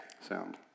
sound